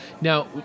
Now